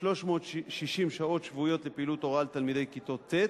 360 שעות שבועיות לפעילות הוראה לתלמידי כיתות ט'.